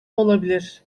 olabilir